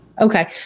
Okay